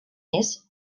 est